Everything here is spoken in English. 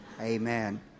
Amen